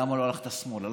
למה לא הלכת שמאלה,